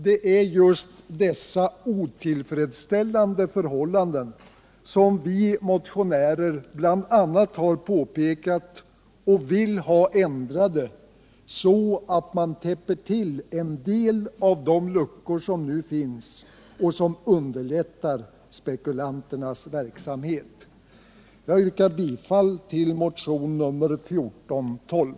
Det är just dessa otillfredsställande förhållanden som vi motionärer bl.a. har påpekat och vill ha ändrade, så att man täpper till en del av de luckor som nu finns och som underlättar spekulanternas verksamhet. Jag yrkar bifall till motionen 1412.